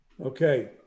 Okay